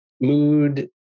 mood